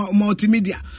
multimedia